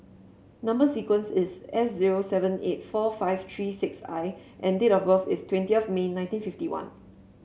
number sequence is S zero seven eight four five three six I and date of birth is twenty of May nineteen fifty one